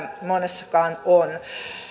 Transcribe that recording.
monessakaan on